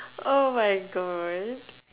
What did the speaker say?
oh my god